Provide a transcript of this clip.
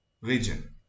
region